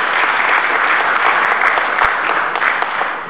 (מחיאות כפיים)